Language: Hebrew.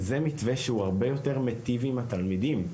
זה מתווה שהרבה יותר מטיב עם התלמידים.